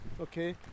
okay